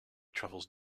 travels